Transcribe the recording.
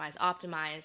optimize